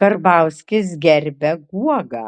karbauskis gerbia guogą